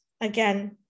again